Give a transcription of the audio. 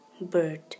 bird